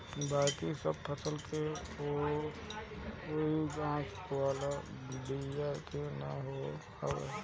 बाकी सब फसल के बोआई आँख वाला बिया से ना होत हवे